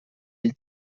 ell